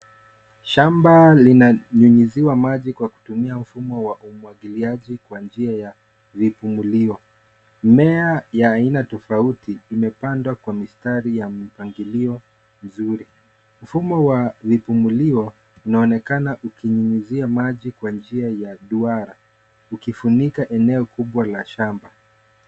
Shamba linanyunyiziwa maji kwa kutumia mfumo wa umwagiliaji kwa njia ya vifungulio. Mmea ya aina tofauti imepandwa kwa mistari ya mpangilio mzuri. Mfumo wa vifungulio unaonekana ukinyunyizia maji kwa njia ya duara, ukifunika eneo kubwa la shamba.